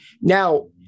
Now